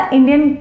Indian